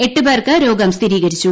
എട്ട് പേർക്ക് രോഗം സ്ഥിരീകരിച്ചു